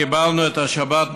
קיבלנו את השבת,